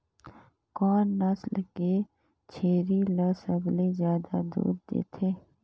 कोन नस्ल के छेरी ल सबले ज्यादा दूध देथे?